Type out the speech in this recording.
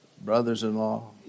brothers-in-law